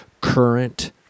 current